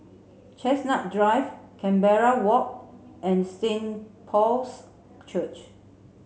Chestnut Drive Canberra Walk and Saint Paul's Church